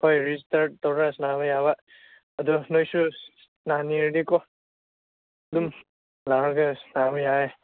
ꯍꯣꯏ ꯔꯦꯖꯤꯁꯇꯔ ꯇꯧꯔꯒ ꯁꯥꯟꯅꯕ ꯌꯥꯕ ꯑꯗꯨ ꯅꯣꯏꯁꯨ ꯁꯥꯟꯅꯅꯤꯡꯂꯗꯤꯀꯣ ꯑꯗꯨꯝ ꯂꯥꯛꯂꯒ ꯁꯥꯟꯅꯕ ꯌꯥꯏ